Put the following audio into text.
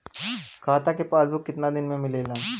खाता के पासबुक कितना दिन में मिलेला?